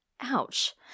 ouch